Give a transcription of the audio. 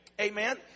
Amen